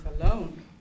alone